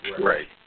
Right